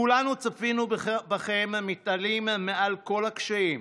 כולנו צפינו בכם מתעלים מעל כל הקשיים,